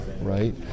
right